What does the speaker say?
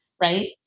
right